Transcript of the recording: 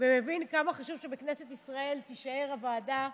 ומבין כמה חשוב שבכנסת ישראל תישאר הוועדה,